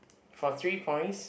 for three points